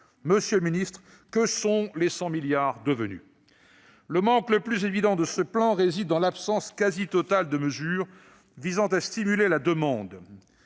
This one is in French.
Monsieur le ministre, que sont les 100 milliards d'euros devenus ? Le manque le plus évident de ce plan réside dans l'absence quasi totale de mesures visant à stimuler la demande.